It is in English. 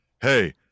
hey